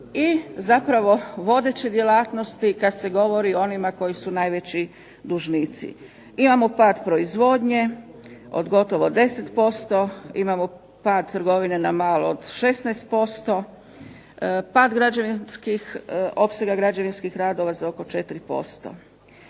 oni su i vodeće djelatnosti kada se govori o onima koji su najveći dužnici. Imamo pad proizvodnje za gotovo 10%, imamo pad trgovine na malo od 16%, pad opsega građevinskih radova za oko 4%.